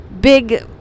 big